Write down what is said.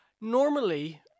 Normally